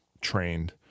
trained